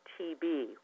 TB